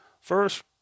First